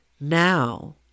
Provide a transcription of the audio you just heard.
now